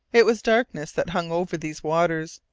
it was darkness that hung over these waters,